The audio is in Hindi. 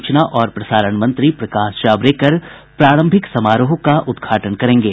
सूचना और प्रसारण मंत्री प्रकाश जावड़ेकर प्रारंभिक समारोह का उद्घाटन करेंगे